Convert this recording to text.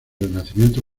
renacimiento